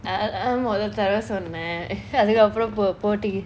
அதன் மோதல் தடவ சொன்னான் அதுக்கு அப்புறம் :athan mothal thadava sonnan athuku apram